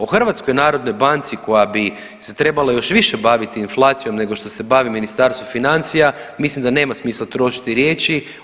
O HNB-u koja bi se trebala još više baviti inflacijom nego što se bavi Ministarstvo financija mislim da nema smisla trošiti riječi.